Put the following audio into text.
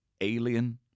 alien